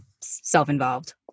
self-involved